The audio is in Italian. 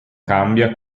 cambia